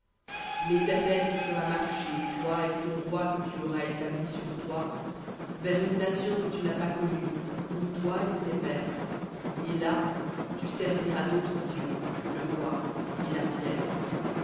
l'éternel te fera marcher toi et ton roi que tu auras établi sur toi vers une nation que tu n'as pas connue ni toi ni tes pères et là tu serviras d'autres dieux le bois et la pierre